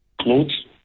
clothes